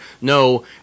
No